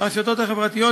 הרשתות החברתיות,